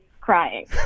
crying